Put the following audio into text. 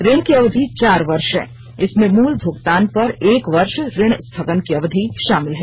ऋण की अवधि चार वर्ष है इसमें मूल भूगतान पर एक वर्ष ऋण स्थगन की अवधि शामिल है